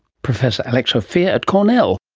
professor alex ophir at cornell